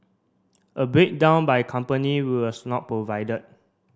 a breakdown by company was not provided